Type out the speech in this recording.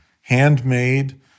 handmade